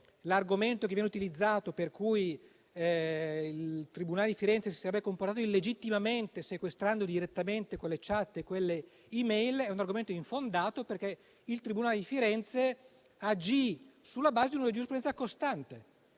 l'argomento che viene utilizzato per cui il tribunale di Firenze si sarebbe comportato illegittimamente sequestrando direttamente le *chat* e le *e-mail* è infondato perché il tribunale di Firenze agì sulla base di una giurisprudenza costante,